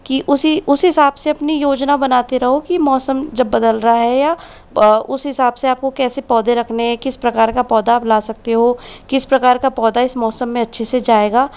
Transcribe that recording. कि उसी उस हिसाब से अपनी योजना बनाते रहो कि मौसम जब बदल रहा है या उस हिसाब से आपको कैसे पौधे रखने हैं किस प्रकार का पौधा आप ला सकते हो किस प्रकार का पौधा इस मौसम में अच्छे से जाएगा